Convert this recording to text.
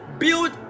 Build